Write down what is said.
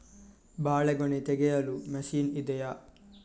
ಬಾಳೆಗೊನೆ ತೆಗೆಯಲು ಮಷೀನ್ ಇದೆಯಾ?